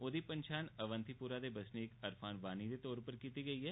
ओदी पन्छान अवंतीपोरा दे बसनीक अरफान वानी दे तौर पर कीती गेई ऐ